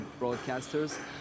broadcasters